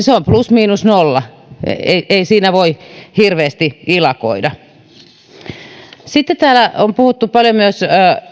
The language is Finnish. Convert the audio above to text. se on plus miinus nolla ei ei siinä voi hirveästi ilakoida sitten täällä on puhuttu paljon myös